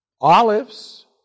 olives